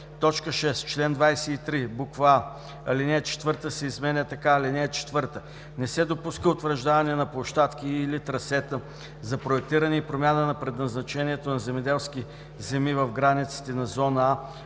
точки“. 6. В чл. 23: а) алинея 4 се изменя така: „(4) Не се допуска утвърждаване на площадки и/или трасета за проектиране и промяна на предназначението на земеделски земи в границите на зона